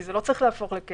כי זה לא צריך להפוך לקבע,